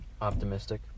optimistic